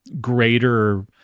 greater